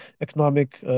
economic